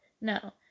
No